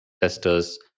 testers